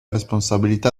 responsabilità